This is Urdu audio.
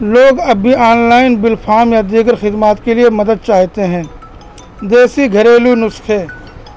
لوگ ابھی آن لائن بل فام یا دیگر خدمات کے لیے مدد چاہتے ہیں دیسی گھریلو نسخے